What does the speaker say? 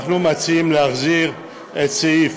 אנחנו מציעים להחזיר את סעיף